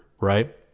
Right